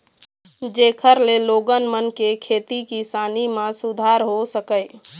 जेखर ले लोगन मन के खेती किसानी म सुधार हो सकय